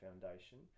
foundation